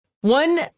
One